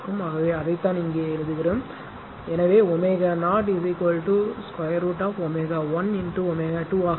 ஆகவே அதைத்தான் இங்கே எழுதுகிறோம் எனவே ω0 √ ω 1 x ω2 ஆக இருக்கும்